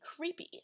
creepy